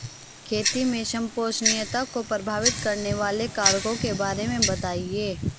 खेती में संपोषणीयता को प्रभावित करने वाले कारकों के बारे में बताइये